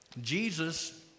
Jesus